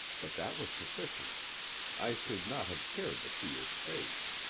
but that was sufficient i should not have cared to see his face.